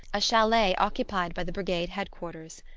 a chalet occupied by the brigade head-quarters.